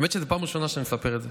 האמת שזו פעם ראשונה שאני מספר את זה,